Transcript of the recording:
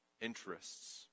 interests